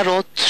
שרות,